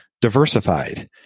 diversified